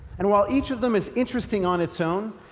and while each of them is interesting on its own,